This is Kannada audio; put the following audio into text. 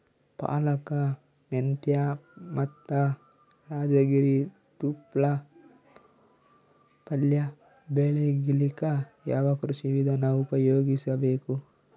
ಪಾಲಕ, ಮೆಂತ್ಯ ಮತ್ತ ರಾಜಗಿರಿ ತೊಪ್ಲ ಪಲ್ಯ ಬೆಳಿಲಿಕ ಯಾವ ಕೃಷಿ ವಿಧಾನ ಉಪಯೋಗಿಸಿ ಬೇಕು?